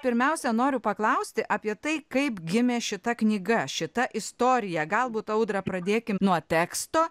pirmiausia noriu paklausti apie tai kaip gimė šita knyga šita istorija galbūt audra pradėkim nuo teksto